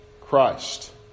Christ